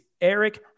Eric